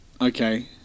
Okay